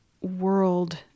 world